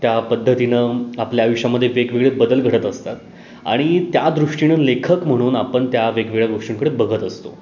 त्या पद्धतीनं आपल्या आयुष्यामध्ये वेगवेगळे बदल घडत असतात आणि त्या दृष्टीनं लेखक म्हणून आपण त्या वेगवेगळ्या गोष्टींकडे बघत असतो